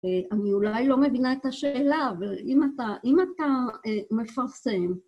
ואני אולי לא מבינה את השאלה, אבל אם אתה מפרסם...